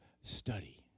study